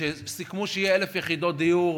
כשסיכמו שיהיו 1,000 יחידות דיור,